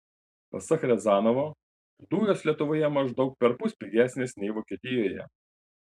pasak riazanovo dujos lietuvoje maždaug perpus pigesnės nei vokietijoje